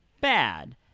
bad